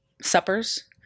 suppers